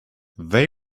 they